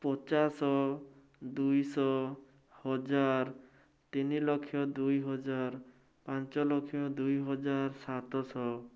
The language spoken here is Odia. ପଚାଶ ଦୁଇଶହ ହଜାର ତିନିଲକ୍ଷ ଦୁଇହଜାର ପାଞ୍ଚଲକ୍ଷ ଦୁଇହଜାର ସାତଶହ